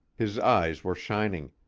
his eyes were shining.